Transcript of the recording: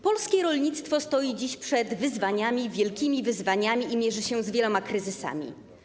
Polskie rolnictwo stoi dziś przed wielkimi wyzwaniami i mierzy się z wieloma kryzysami.